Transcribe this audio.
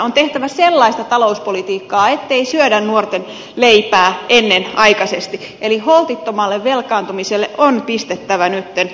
on tehtävä sellaista talouspolitiikkaa ettei syödä nuorten leipää ennenaikaisesti eli holtittomalle velkaantumiselle on pistettävä nyt loppu